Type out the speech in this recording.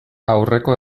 aurreko